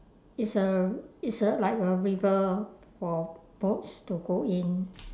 is a is a like a river for boats to go in